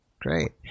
Great